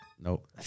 Nope